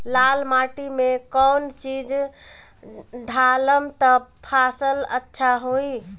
लाल माटी मे कौन चिज ढालाम त फासल अच्छा होई?